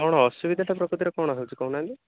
କ'ଣ ଅସୁବିଧାଟା ପ୍ରକୃତର କଣ ହେଉଛି କହୁନାହାନ୍ତି